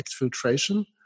exfiltration